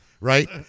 Right